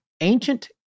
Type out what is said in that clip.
ancient